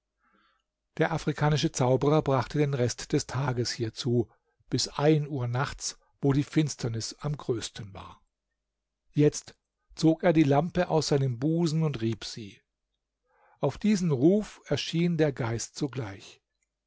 der afrikanische zauberer brachte den rest des tags hier zu bis ein uhr nachts wo die finsternis am größten war jetzt zog er die lampe aus seinem busen und rieb sie auf diesen ruf erschien der geist sogleich